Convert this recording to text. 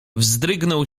wzdrygnął